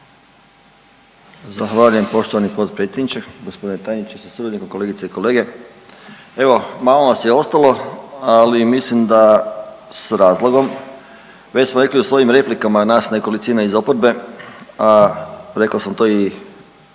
Zahvaljujem poštovani potpredsjedniče, gospodine tajniče sa suradnikom, kolegice i kolege. Evo malo nas je ostalo, ali mislim sa razlogom. Već smo rekli u svojim replikama, nas nekolicina iz oporbe. Rekao sam to i